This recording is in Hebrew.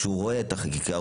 כשהוא רואה את החקיקה,